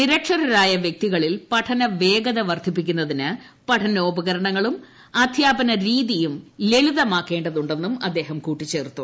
നിരക്ഷരരായ വ്യക്തികളിൽ പഠനവേഗത വർദ്ധിപ്പിക്കുന്നതിന് പഠനോപകരണങ്ങളും അധ്യാപനരീതിയും ലളിതമാക്കേണ്ടതുണ്ടെന്നും അദ്ദേഹം കൂട്ടിച്ചേർത്തു